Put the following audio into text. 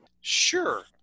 Sure